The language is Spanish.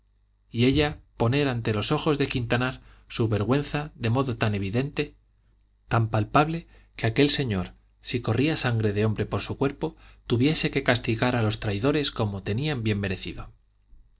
y ella poner ante los ojos de quintanar su vergüenza de modo tan evidente tan palpable que aquel señor si corría sangre de hombre por su cuerpo tuviese que castigar a los traidores como tenían bien merecido